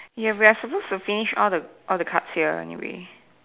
ya we're supposed to finish all the all the cards here anyway